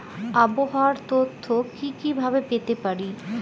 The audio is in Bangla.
আবহাওয়ার তথ্য কি কি ভাবে পেতে পারি?